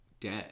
dead